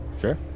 sure